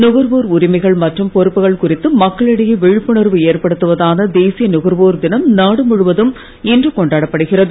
நுகர்வோர் உரிமைகள் மற்றும் பொறுப்புகள் குறித்து மக்களிடையே விழிப்புணர்வு ஏற்படுத்துவதான தேசிய நுகர்வோர் தினம் நாடு முழுவதும் இன்று கொண்டாடப்படுகிறது